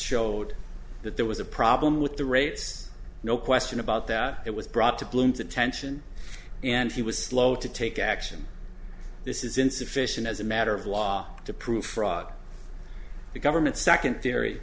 showed that there was a problem with the rates no question about that it was brought to bloom's attention and he was slow to take action this is insufficient as a matter of law to prove fraud the government second theory